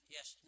Yes